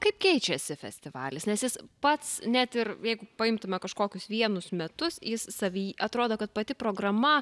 kaip keičiasi festivalis nes jis pats net ir jeigu paimtume kažkokius vienus metus jis savy atrodo kad pati programa